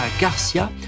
Garcia